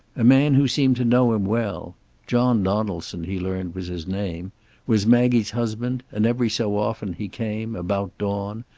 a man who seemed to know him well john donaldson, he learned, was his name was maggie's husband, and every so often he came, about dawn,